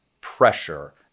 pressure